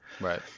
Right